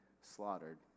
slaughtered